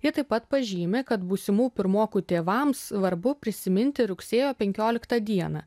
ji taip pat pažymi kad būsimų pirmokų tėvams svarbu prisiminti rugsėjo penkioliktą dieną